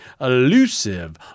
elusive